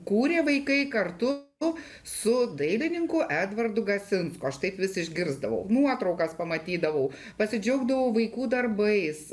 kūrė vaikai kartu su dailininku edvardu gasinsku aš taip vis išgirsdavau nuotraukas pamatydavau pasidžiaugdavau vaikų darbais